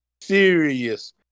serious